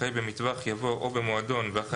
אחרי "במטווח" יבוא "או במועדון" ואחרי